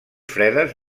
fredes